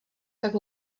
tak